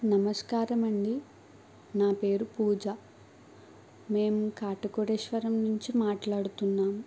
నమస్కారమండీ నా పేరు పూజ మేము కాటికోటేశ్వరం నుంచి మాట్లాడుతున్నాం